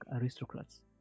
aristocrats